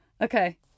Okay